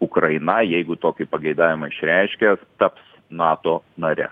ukraina jeigu tokį pageidavimą išreiškė taps nato nare